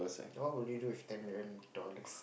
what would you do with ten million dollars